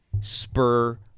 spur